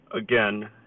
Again